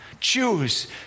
choose